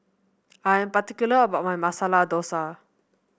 I am particular about my Masala Dosa